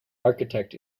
architect